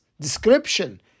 description